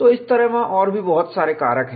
तो इस तरह वहाँ और भी बहुत सारे कारक हैं